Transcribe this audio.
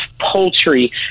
poultry